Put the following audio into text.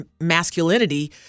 masculinity